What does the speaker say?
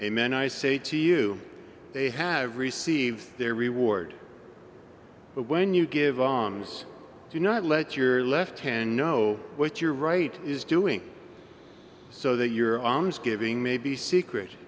amen i say to you they have received their reward but when you give alms do not let your left hand know what your right is doing so that your alms giving may be secret